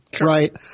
right